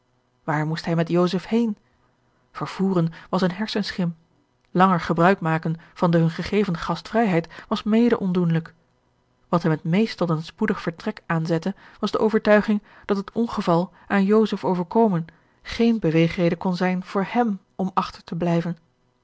waar moest hij met joseph heen vervoeren was eene hersenschim langer gebruik maken van de hun gegeven gastvrijheid was mede ondoenlijk wat hem het meest tot een spoedig vertrek aanzette was de overtuiging dat het ongeval aan joseph overkomen geene beweegreden kon zijn voor hem om achter te blijven